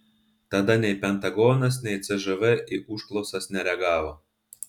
tada nei pentagonas nei cžv į užklausas nereagavo